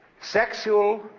sexual